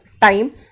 time